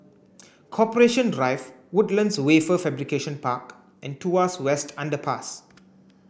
Corporation Drive Woodlands Wafer Fabrication Park and Tuas West Underpass